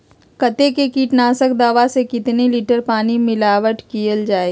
कतेक किटनाशक दवा मे कितनी लिटर पानी मिलावट किअल जाई?